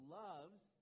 loves